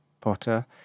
Potter